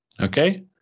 okay